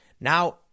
Now